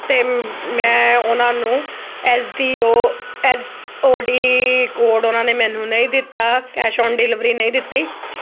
ਅਤੇ ਮੈਂ ਉਹਨਾਂ ਨੂੰ S D O S O D code ਉਹਨਾਂ ਨੇ ਮੈਨੂੰ ਨਹੀਂ ਦਿੱਤਾ ਕੈਸ਼ ਔਨ ਡਿਲੀਵਰੀ ਨਹੀਂ ਦਿੱਤੀ